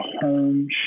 home